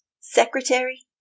secretary